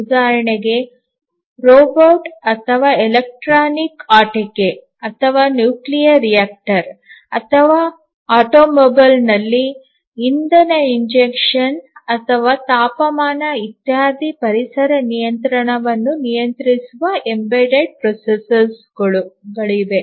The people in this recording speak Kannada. ಉದಾಹರಣೆಗೆ ರೋಬಾಟ್ ಅಥವಾ ಎಲೆಕ್ಟ್ರಾನಿಕ್ ಆಟಿಕೆ ಅಥವಾ ನ್ಯೂಕ್ಲಿಯರ್ ರಿಯಾಕ್ಟರ್ ಅಥವಾ ಆಟೋಮೊಬೈಲ್ನಲ್ಲಿ ಇಂಧನ ಇಂಜೆಕ್ಷನ್ ಅಥವಾ ತಾಪಮಾನ ಇತ್ಯಾದಿ ಪರಿಸರ ನಿಯಂತ್ರಣವನ್ನು ನಿಯಂತ್ರಿಸುವ ಎಂಬೆಡೆಡ್ ಪ್ರೊಸೆಸರ್ಗಳಿವೆ